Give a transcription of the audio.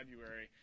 February